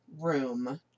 room